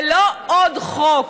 זה לא עוד חוק,